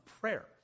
prayer